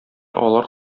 алар